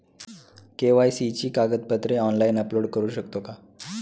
KYC ची कागदपत्रे online upload करू शकतो का?